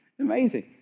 Amazing